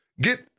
Get